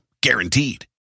Guaranteed